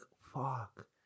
fuck